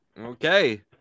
okay